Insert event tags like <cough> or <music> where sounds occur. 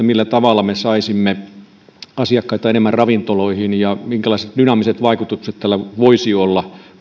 <unintelligible> millä tavalla me saisimme asiakkaita enemmän ravintoloihin ja minkälaiset dynaamiset vaikutukset tällä esityksellä voisi olla